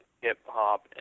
hip-hop